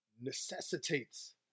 necessitates